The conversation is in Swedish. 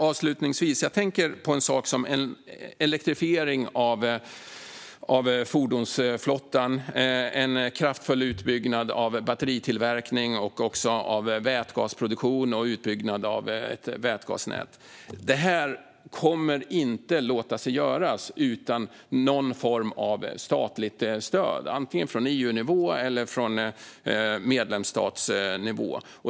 Avslutningsvis: En elektrifiering av fordonsflottan och en kraftfull utbyggnad av batteritillverkning, av vätgasproduktion och av ett vätgasnät kommer inte att låta sig göras utan någon form av statligt stöd, antingen från EU-nivå eller från medlemsstatsnivå.